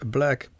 Black